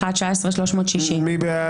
18,541 עד 18,560. מי בעד?